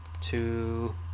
two